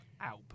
out